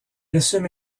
assume